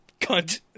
cunt